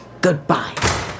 Goodbye